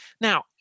Now